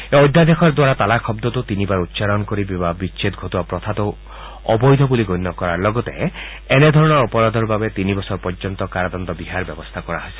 এই অধ্যাদেশৰ দ্বাৰা তালাক শব্দটো তিনিবাৰ উচ্ছাৰণ কৰি বিবাহ বিচ্ছেদ ঘটোৱা প্ৰথাটো অবৈধ বুলি গণ্য কৰাৰ লগতে এনেধৰণৰ অপৰাধৰ বাবে তিনি বছৰ পৰ্য্যন্ত কাৰাদণ্ড বিহাৰ ব্যৱস্থা কৰা হৈছে